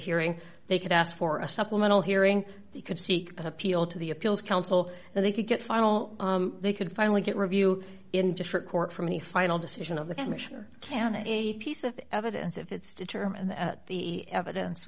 hearing they could ask for a supplemental hearing they could seek an appeal to the appeals council and they could get final they could finally get review in district court for any final decision of the commissioner can a piece of evidence if it's determined that the evidence